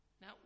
Now